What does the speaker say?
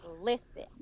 Listen